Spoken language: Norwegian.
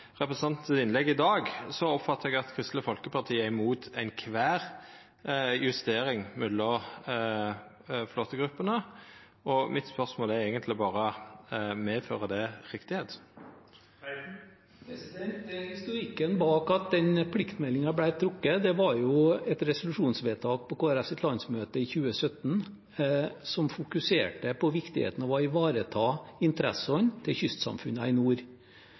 innlegg i dag oppfattar eg at Kristeleg Folkeparti er mot alle justeringar mellom flåtegruppene, og mitt spørsmål er eigentleg berre: Er det rett? Historikken bak at pliktmeldingen ble trukket, var et resolusjonsvedtak på Kristelig Folkepartis landsmøte i 2017, som fokuserte på viktigheten av å ivareta interessene til kystsamfunnene i nord.